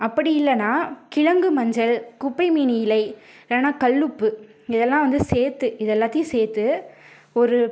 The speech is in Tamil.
அப்படி இல்லைன்னா கிழங்கு மஞ்சள் குப்பைமேனி இலை இல்லைன்னா கல்லுப்பு இதெல்லாம் வந்து சேர்த்து இது எல்லாத்தையும் சேர்த்து ஒரு